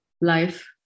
life